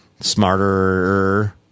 smarter